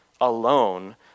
alone